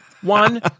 one